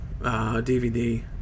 DVD